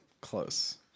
Close